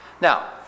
Now